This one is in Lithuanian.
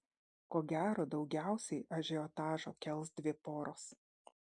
ko gero daugiausiai ažiotažo kels dvi poros